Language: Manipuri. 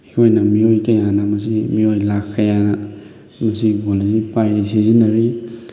ꯑꯩꯈꯣꯏꯅ ꯃꯤꯑꯣꯏ ꯀꯌꯥꯅ ꯃꯁꯤ ꯃꯤꯑꯣꯏ ꯂꯥꯛ ꯀꯌꯥꯅ ꯃꯁꯤꯒꯤ ꯐꯣꯟ ꯑꯁꯤ ꯄꯥꯏꯔꯤ ꯁꯤꯖꯤꯟꯅꯔꯤ